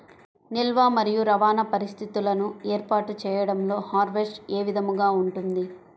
నిల్వ మరియు రవాణా పరిస్థితులను ఏర్పాటు చేయడంలో హార్వెస్ట్ ఏ విధముగా ఉంటుంది?